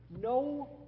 no